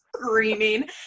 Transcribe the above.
screaming